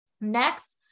next